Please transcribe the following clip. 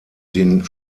den